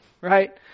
right